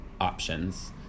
options